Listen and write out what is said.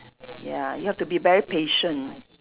ya you have to be very patient